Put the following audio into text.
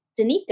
Danica